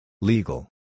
Legal